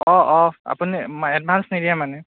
অঁ অঁ আপুনি এডভান্স নিদিয়ে মানে